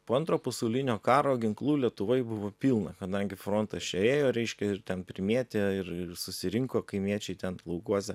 po antro pasaulinio karo ginklų lietuvoj buvo pilna kadangi frontas čia ėjo reiškia ir ten primėtė ir susirinko kaimiečiai ten laukuose